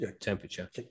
temperature